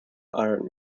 iron